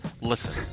listen